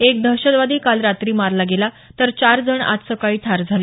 एक दहशतवादी काल रात्री मारला गेला तर चार जण आज सकाळी ठार झाले